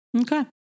okay